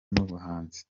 n’ubuhanzi